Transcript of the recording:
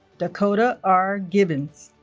dakota r. gibbons